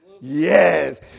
Yes